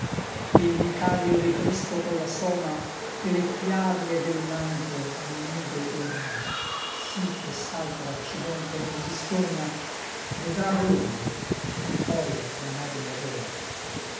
e l vicario de cristo colla soma de le chiavi et del manto al nido torna sí che s'altro accidente nol distorna vedrà bologna et poi la nobil roma